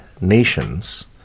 nations